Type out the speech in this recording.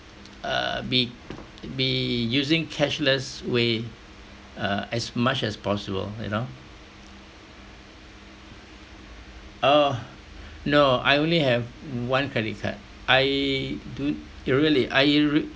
uh be be using cashless way uh as much as possible you know oh no I only have one credit card I do y~ really I r~